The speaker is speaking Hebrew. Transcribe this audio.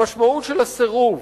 המשמעות של הסירוב